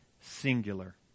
singular